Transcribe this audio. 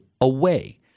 away